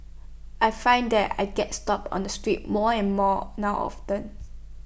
I find that I get stopped on the street more and more now often